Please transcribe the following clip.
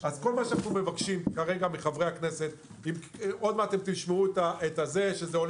אז כל מה שאנו מבקשים כרגע מחברי הכנסת עוד מעט תשמעו שזה עולה